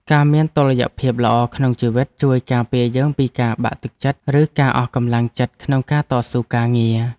ការមានតុល្យភាពល្អក្នុងជីវិត ជួយការពារយើងពីការបាក់ទឹកចិត្ត ឬការអស់កម្លាំងចិត្តក្នុងការតស៊ូការងារ។